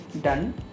done